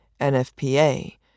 NFPA